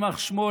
יימח שמו,